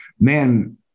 man